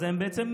בעצם,